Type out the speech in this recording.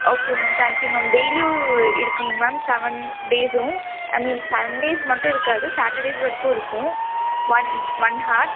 okay ma'am thank you ma'am டெய்லியும் இருக்குங்க ma'am seven டேஸ்ஸும் ஐ மீன் சன்டேஸ் மட்டும் இருக்காது சாட்டர்டேஸ் வரைக்கும் இருக்கும் ஒன் ஒன் ஹார்